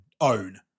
own